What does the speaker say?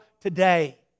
today